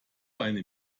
eine